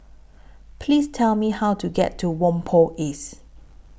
Please Tell Me How to get to Whampoa East